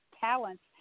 talents